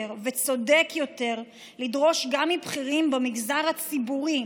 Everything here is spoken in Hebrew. וצודק יותר לדרוש גם מבכירים במגזר הציבורי,